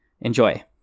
Enjoy